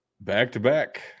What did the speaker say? Back-to-back